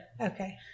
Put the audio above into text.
Okay